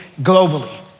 globally